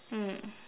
mm